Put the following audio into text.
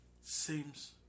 seems